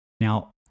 Now